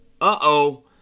Uh-oh